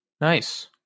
Nice